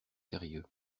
sérieux